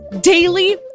Daily